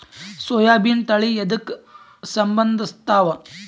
ಸೋಯಾಬಿನ ತಳಿ ಎದಕ ಸಂಭಂದಸತ್ತಾವ?